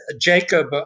Jacob